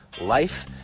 life